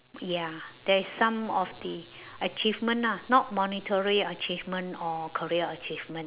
ya that's some of the achievement ah not monetary achievement or career achievement